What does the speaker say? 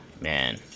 man